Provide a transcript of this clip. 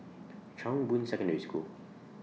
Chong Boon Secondary School